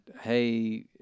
hey